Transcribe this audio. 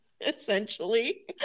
essentially